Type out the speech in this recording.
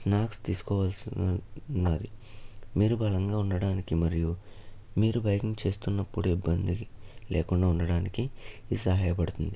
snacks తీసుకోవాల్సి ఉన్నది మీరు బలంగా ఉండటానికి మరియు మీరు బైకింగ్ చేస్తున్నప్పుడు ఇబ్బంది లేకుండా ఉండటానికి ఇది సహాయ పడుతుంది